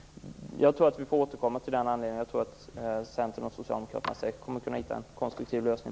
Jag tror att vi får anledning att återkomma till detta och att Centern och Socialdemokraterna säkert kommer att kunna finna en konstruktiv lösning.